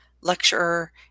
lecturer